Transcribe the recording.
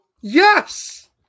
Yes